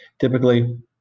typically